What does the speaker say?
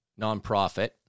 nonprofit